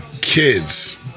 kids